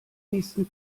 nächsten